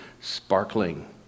sparkling